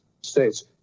States